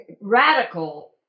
radical